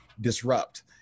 disrupt